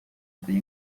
the